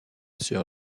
sœur